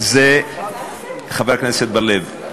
חבר הכנסת בר-לב,